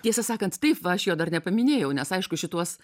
tiesą sakant taip va aš jo dar nepaminėjau nes aišku šituos